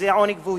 אחוזי עוני גבוהים,